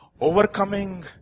overcoming